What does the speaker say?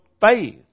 faith